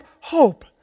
hope